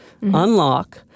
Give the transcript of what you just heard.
unlock